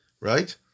Right